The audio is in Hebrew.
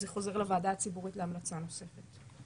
זה חוזר לוועדה הציבורית להמלצה נוספת.